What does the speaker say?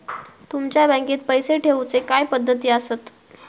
तुमच्या बँकेत पैसे ठेऊचे काय पद्धती आसत?